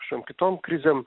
kažkokiom kitom krizėm